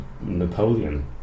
Napoleon